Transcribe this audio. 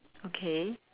okay